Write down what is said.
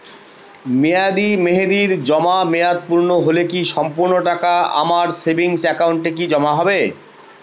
মেয়াদী মেহেদির জমা মেয়াদ পূর্ণ হলে কি সম্পূর্ণ টাকা আমার সেভিংস একাউন্টে কি জমা হবে?